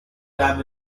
dam